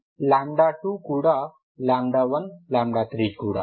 కాబట్టి 2కూడా 1 3 కూడా